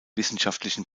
wissenschaftlichen